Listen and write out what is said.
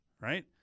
right